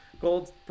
gold